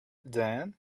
then